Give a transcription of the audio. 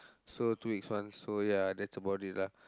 so two weeks once so ya that's about it lah